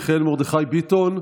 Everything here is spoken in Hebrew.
מיכאל מרדכי ביטון,